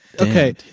Okay